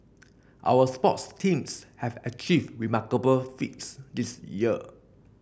our sports teams have achieved remarkable feats this year